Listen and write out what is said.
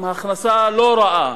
עם הכנסה לא רעה,